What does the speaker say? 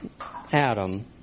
Adam